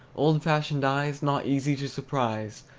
old-fashioned eyes, not easy to surprise!